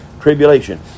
tribulation